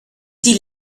die